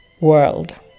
world